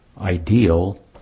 ideal